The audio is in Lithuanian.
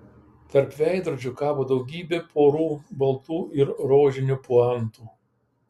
tarp veidrodžių kabo daugybė porų baltų ir rožinių puantų